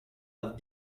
have